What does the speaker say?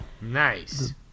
Nice